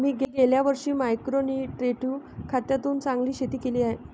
मी गेल्या वर्षी micro nutritive खतातून चांगले शेती केली आहे